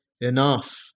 enough